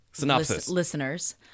listeners